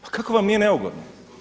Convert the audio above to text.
Pa kako vam nije neugodno?